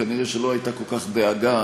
כנראה לא הייתה כל כך דאגה,